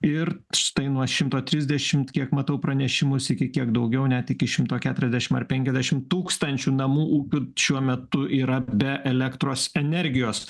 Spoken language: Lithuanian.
ir štai nuo šimto trisdešim kiek matau pranešimus iki kiek daugiau net iki šimto keturiasdešim ar penkiasdešim tūkstančių namų ūkių šiuo metu yra be elektros energijos